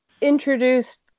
introduced